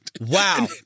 Wow